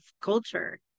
culture